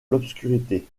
l’obscurité